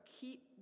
keep